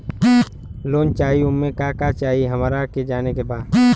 Loan चाही उमे का का चाही हमरा के जाने के बा?